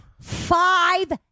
five